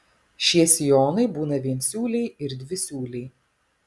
šie sijonai būna viensiūliai ir dvisiūliai